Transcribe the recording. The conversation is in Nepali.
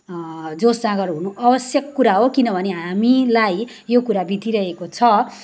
जोस जाँगर हुनु आवश्यक कुरा हो किनभने हामीलाई यो कुरा बितिरहेको छ